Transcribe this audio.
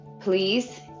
Please